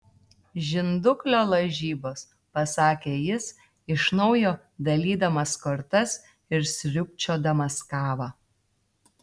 žinduklio lažybos pasakė jis iš naujo dalydamas kortas ir sriubčiodamas kavą